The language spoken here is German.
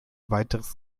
weiteres